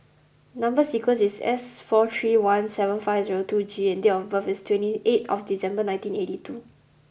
number sequence is S four three one seven five zero two G and date of birth is twenty eight of December nineteen eighty two